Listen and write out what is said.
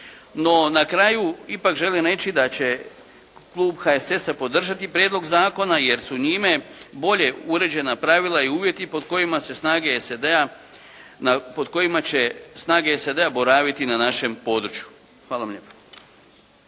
No, na kraju ipak želim reći da će klub HSS-a podržati prijedlog zakona jer su njime bolje uređena pravila i uvjeti pod kojima će snage SAD-a boraviti na našem području. Hvala vam lijepa.